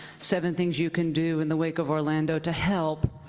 seven things you can do in the wake of orlando to help.